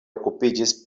okupiĝis